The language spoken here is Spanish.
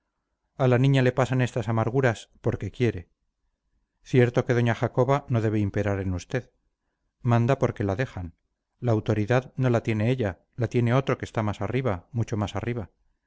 a la niña le pasan estas amarguras porque quiere cierto que doña jacoba no debe imperar en usted manda porque la dejan la autoridad no la tiene ella la tiene otro que está más arriba mucho más arriba